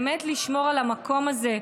באמת לשמור על המקום הזה,